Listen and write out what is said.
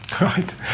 Right